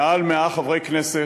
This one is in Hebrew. מעל 100 חברי כנסת,